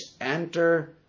enter